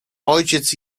ojciec